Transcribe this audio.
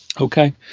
Okay